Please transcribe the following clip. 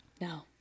no